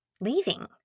leaving